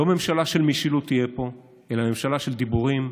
לא ממשלה של משילות תהיה פה אלא ממשלה של דיבורים,